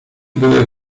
były